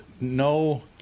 no